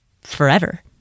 forever